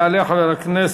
יעלה חבר הכנסת